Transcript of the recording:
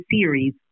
series